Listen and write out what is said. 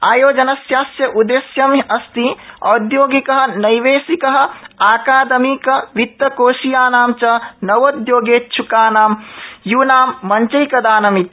आयोजनस्यास्य उद्देश्यम् अस्ति औद्योगिक नैवेशिक आकादमिक वित्तकोषीयानां च नवोद्योगेच्छ्रनां यूनां मञ्चैकदानमिति